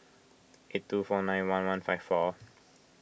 eight two four nine one one five four